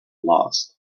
lost